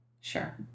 Sure